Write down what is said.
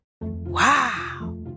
Wow